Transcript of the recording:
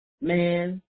man